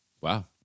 wow